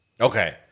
Okay